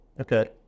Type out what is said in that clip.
okay